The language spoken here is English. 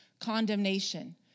condemnation